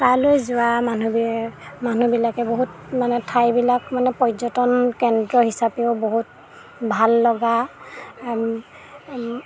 তালৈ যোৱা মানুহবোৰে মানুহবিলাকে বহুত মানে ঠাইবিলাক মানে পৰ্যটন কেন্দ্ৰ হিচাপেও বহুত ভাললগা